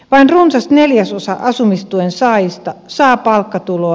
vain runsas neljäsosa asumistuen saajista saa palkkatuloa